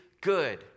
good